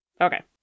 Okay